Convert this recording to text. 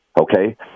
okay